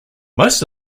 most